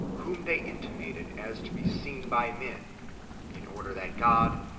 whom they intimated as to be seen by men in order that god,